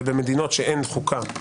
ובמדינות שאין חוקה,